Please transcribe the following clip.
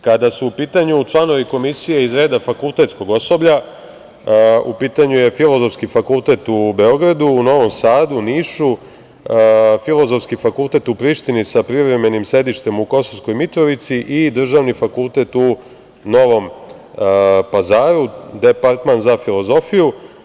Kada su u pitanju članovi komisije iz reda fakultetskog osoblja, u pitanju je Filozofski fakultet u Beogradu, u Novom Sadu, Nišu, Filozofski fakultet u Prištini sa privremenim sedištem u Kosovskoj Mitrovici i državni fakultet u Novom Pazaru – departman za filozofiju.